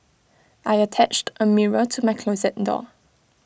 I attached A mirror to my closet door